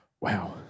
wow